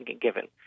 given